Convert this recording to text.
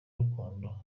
rukundo